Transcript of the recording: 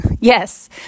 Yes